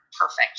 perfect